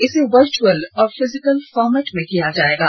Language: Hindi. इसे वर्चुअल और फिजिकल फार्मेट में किया जाएगा